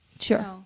Sure